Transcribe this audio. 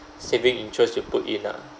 saving interests you put in lah